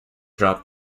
drop